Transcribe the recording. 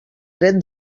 dret